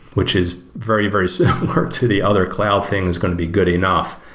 which is very, very similar to the other cloud thing is going to be good enough.